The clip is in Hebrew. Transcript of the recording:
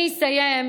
אני אסיים,